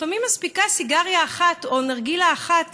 לפעמים מספיקה סיגריה אחת או נרגילה אחת,